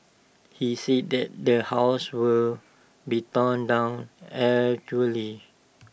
he said that the house will be torn down actually